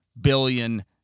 billion